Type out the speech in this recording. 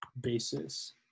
basis